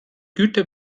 güter